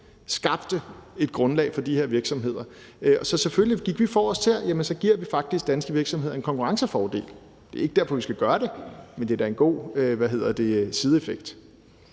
skabte et grundlag for de her virksomheder. Så gik vi forrest her, ville vi faktisk give danske virksomheder en konkurrencefordel. Det er ikke derfor, vi skal gøre det, men det er da en god sideeffekt.